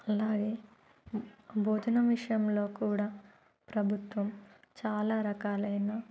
అలాగే భోజనం విషయంలో కూడా ప్రభుత్వం చాలా రకాలైన